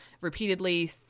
repeatedly